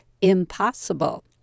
impossible